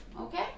Okay